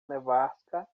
nevasca